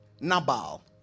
Nabal